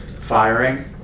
firing